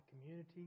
community